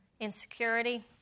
Insecurity